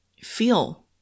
feel